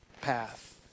path